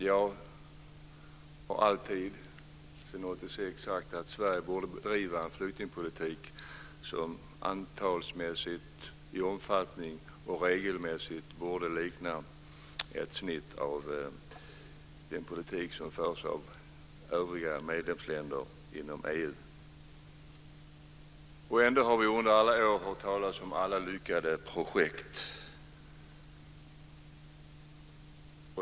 Jag har alltsedan 1986 sagt att Sverige borde bedriva en flyktingpolitik som regelmässigt och i antalsmässig omfattning borde likna ett snitt av den politik som förs av övriga medlemsländer inom EU. Och ändå har vi under alla år hört talas om alla lyckade projekt.